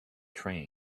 train